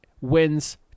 wins